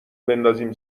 بندازیم